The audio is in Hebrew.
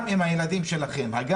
גם אם הגן סגור,